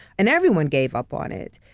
and everyone gave up on it.